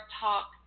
Talk